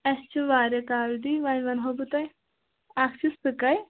اَسہِ چھِ واریاہ کالٹی وۄنۍ وَنو بہٕ تۄہہِ اَکھ چھِ سٕکَے